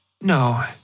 No